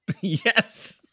Yes